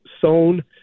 sown